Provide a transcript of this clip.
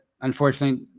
unfortunately